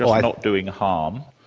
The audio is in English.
like not doing harm.